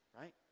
right